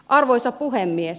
arvoisa puhemies